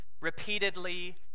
repeatedly